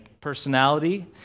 personality